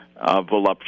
voluptuous